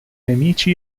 nemici